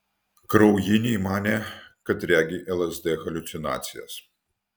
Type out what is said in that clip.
kraujiniai manė kad regi lsd haliucinacijas